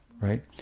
right